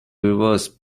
reverse